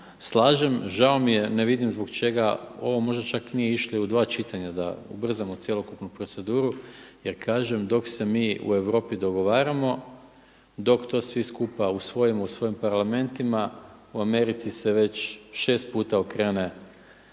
slažem. Žao mi je, ne vidim zbog čega ovo možda nije išlo i u dva čitanja da ubrzamo cjelokupnu proceduru. Jer kažem dok se mi u Europi dogovaramo, dok to svi skupa usvojimo u svojim Parlamentima u Americi se već 6 puta okrene